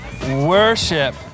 worship